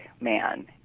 man